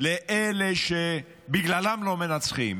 לאלה שבגללם לא מנצחים.